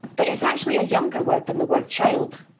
but it's actually a younger word than the word! child.